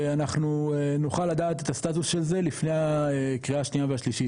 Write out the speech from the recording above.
אנחנו נוכל לדעת את הסטטוס של זה לפני הקריאה השנייה והשלישית,